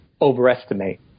overestimate